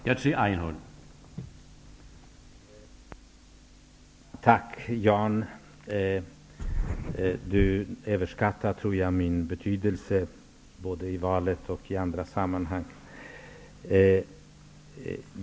Herr talman! Tack, Jan Andersson, men jag tror att min betydelse överskattas. Det gäller både i det senaste valet och i andra sammanhang.